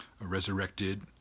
resurrected